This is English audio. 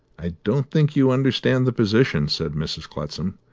i don't think you understand the position, said mrs. clutsam,